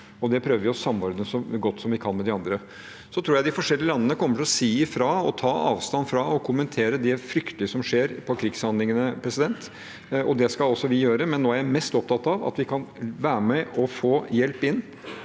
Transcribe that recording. Det prøver vi å samordne så godt vi kan med de andre. Jeg tror de forskjellige landene kommer til å si fra, ta avstand fra og kommentere det fryktelige som skjer av krigshandlinger. Det skal også vi gjøre, men nå er jeg mest opptatt av at vi kan være med og få hjelp inn